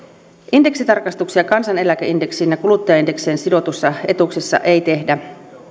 indeksitarkistuksia kansaneläkeindeksiin ja kuluttajaindeksiin sidotuissa etuuksissa ei tehdä